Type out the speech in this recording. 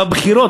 בבחירות,